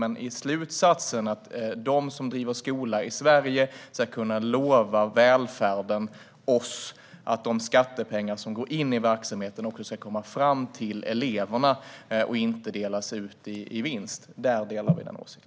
Men vi delar slutsatsen och åsikten att de som driver skola i Sverige ska kunna lova välfärden, oss, att de skattepengar som går in i verksamheten också ska komma fram till eleverna och inte delas ut i vinst.